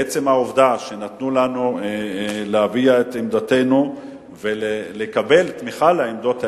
עצם העובדה שנתנו לנו להביע את עמדתנו ולקבל תמיכה לעמדות האלה,